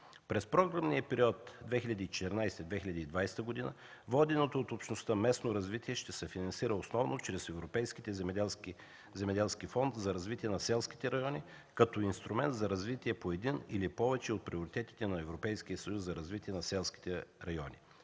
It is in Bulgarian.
През програмния период 2014-2020 г., „Водено от общностите местно развитие” ще се финансира основно чрез Европейския земеделски фонд за развитие на селските райони, като инструмент за развитие по един или повече от приоритетите на Европейския съюз за развитие на селските райони.